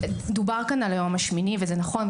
דובר כאן על היום השמיני וזה נכון.